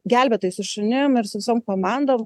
gelbėtojai su šunim ir su visom komandom